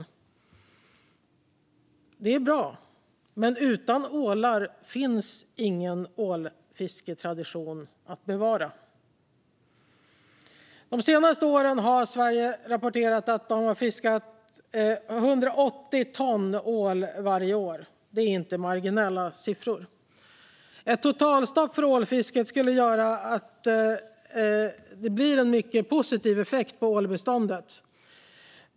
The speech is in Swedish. Detta är bra, men utan ålar finns ingen ålfisketradition att bevara. De senaste åren har Sverige rapporterat att man har fiskat 180 ton ål varje år. Det är inte marginella siffror. Ett totalstopp för ålfisket skulle göra att det blir en mycket positiv effekt på ålbeståndet.